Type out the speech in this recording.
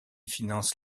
finance